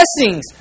Blessings